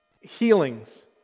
Healings